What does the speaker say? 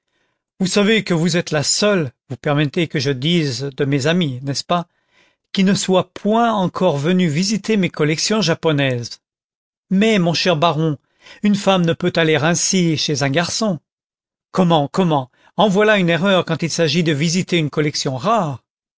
vous savez que vous êtes la seule vous permettez que je dise de mes amies n'est-ce pas qui ne soit point encore venue visiter mes collections japonaises mais mon cher baron une femme ne peut aller ainsi chez un garçon comment comment en voilà une erreur quand il s'agit de visiter une collection rare